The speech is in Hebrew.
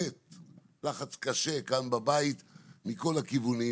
לאחר לחץ קשה כאן בבית מכל הכיוונים,